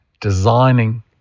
designing